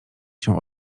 się